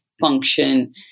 function